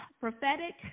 prophetic